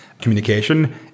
communication